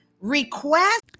Request